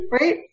right